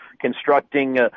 constructing